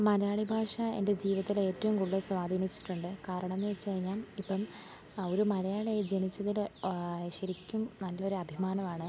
മലയാളി ഭാഷ എൻ്റെ ജീവിതത്തിൽ ഏറ്റവും കൂടുതൽ സ്വാധീനിച്ചിട്ടുണ്ട് കാരണമെന്ന് വെച്ചുകഴിഞ്ഞാൽ ഇപ്പം ഒരു മലയാളിയായി ജനിച്ചതിൽ ശെരിക്കും നല്ലൊരു അഭിമാനമാണ്